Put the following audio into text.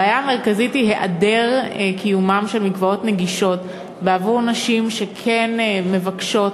הבעיה המרכזית היא אי-קיומם של מקוואות נגישים בעבור נשים שכן מבקשות